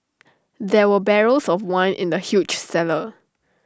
there were barrels of wine in the huge cellar